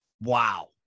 Wow